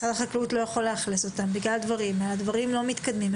משרד החקלאות לא יכול לאכלס אותם בגלל שדברים לא מתקדמים.